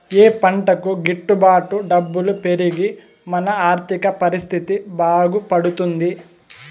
ఏ పంటకు గిట్టు బాటు డబ్బులు పెరిగి మన ఆర్థిక పరిస్థితి బాగుపడుతుంది?